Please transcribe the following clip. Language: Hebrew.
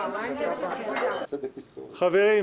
אין הבקשה להעברת הדיון לוועדת הפנים,